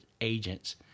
agents